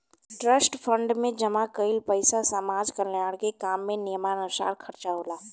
trust fund में जमा कईल पइसा समाज कल्याण के काम में नियमानुसार खर्चा होला